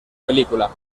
película